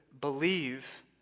believe